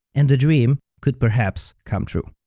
and the dream could perhaps come true.